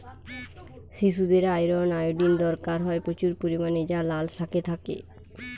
শিশুদের iron, iodine দরকার হয় প্রচুর পরিমাণে যা লাল শাকে থাকে